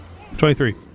23